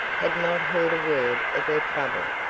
had not heard a word of her trouble,